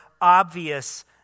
obvious